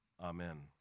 Amen